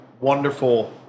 wonderful